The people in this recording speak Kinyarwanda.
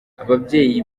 ababyeyi